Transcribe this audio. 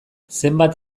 zenbat